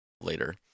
later